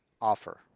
offer